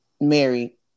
Mary